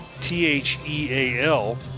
T-H-E-A-L